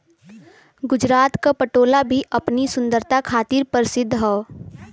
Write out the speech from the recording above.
गुजरात क पटोला भी अपनी सुंदरता खातिर परसिद्ध हौ